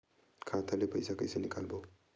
खाता ले पईसा कइसे निकालबो?